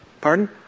Pardon